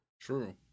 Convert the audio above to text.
True